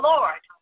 Lord